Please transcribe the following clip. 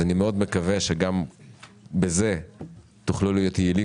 אני מאוד מקווה שגם בזה תוכלו להיות יעילים